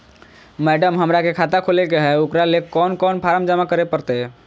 Madam, हमरा के खाता खोले के है उकरा ले कौन कौन फारम जमा करे परते?